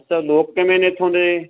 ਤਾਂ ਲੋਕ ਕਿਵੇਂ ਨੇ ਇੱਥੋਂ ਦੇ